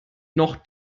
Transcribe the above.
noch